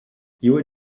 iwo